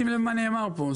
שים לב מה נאמר פה,